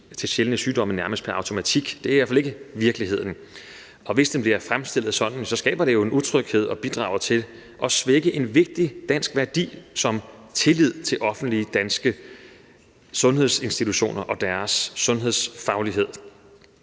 til sjældne sygdomme nærmest pr. automatik – det er i hvert fald ikke virkeligheden. Og hvis den bliver fremstillet sådan, skaber det jo en utryghed og bidrager til at svække en vigtig dansk værdi som tillid til offentlige danske sundhedsinstitutioner og deres sundhedsfaglighed.